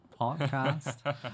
podcast